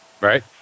Right